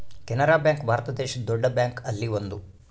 Canara bank Bharat ದೇಶದ್ ದೊಡ್ಡ bank ಅಲ್ಲಿ ಒಂದು